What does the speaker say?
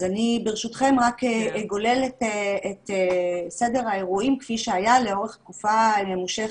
אז ברשותכם אני אגולל את סדר האירועים כפי שהיה לאורך תקופה ממושכת.